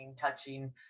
touching